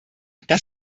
das